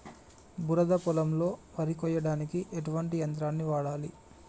బురద పొలంలో వరి కొయ్యడానికి ఎటువంటి యంత్రాన్ని వాడాలి?